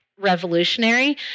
revolutionary